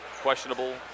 questionable